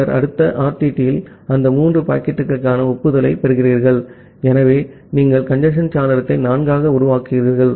பின்னர் அடுத்த ஆர்டிடியில் அந்த மூன்று பாக்கெட்டுகளுக்கான ஒப்புதலைப் பெறுகிறீர்கள் ஆகவே நீங்கள் கஞ்சேஸ்ன் சாளரத்தை 4 ஆக உருவாக்குகிறீர்கள்